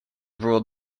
ruled